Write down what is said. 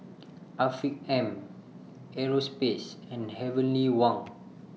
Afiq M Europace and Heavenly Wang